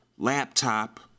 Laptop